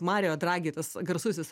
mario dragi tas garsusis